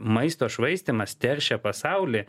maisto švaistymas teršia pasaulį